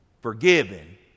forgiven